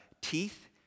teeth